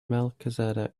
melchizedek